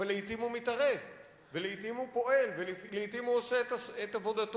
אבל לעתים הוא מתערב ולעתים הוא פועל ולעתים הוא עושה את עבודתו.